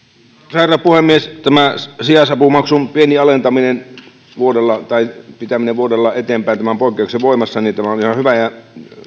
herra puhemies tämä sijaisapumaksun pieni alentaminen pitäminen vuodella eteenpäin tämä poikkeus voimassa on ihan hyvä ja